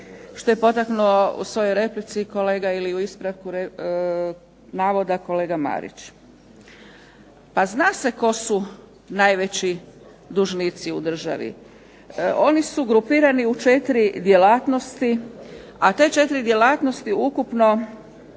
što je potaknuo u svojoj replici kolega ili u ispravku navoda kolega Marić. Pa zna se tko su najveći dužnici u državi. Oni su grupirani u četiri djelatnosti a te četiri djelatnosti ukupno